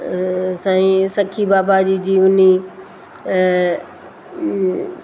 साईं सखी बाबा जी जीवनी